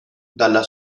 dalla